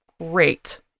great